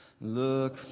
Look